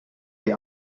die